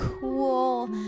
cool